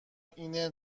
اینه